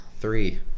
three